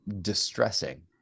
distressing